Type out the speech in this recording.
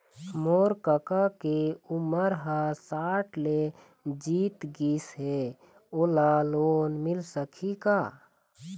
मोर कका के उमर ह साठ ले जीत गिस हे, ओला लोन मिल सकही का?